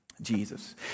Jesus